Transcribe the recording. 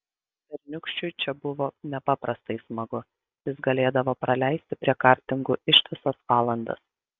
berniūkščiui čia buvo nepaprastai smagu jis galėdavo praleisti prie kartingų ištisas valandas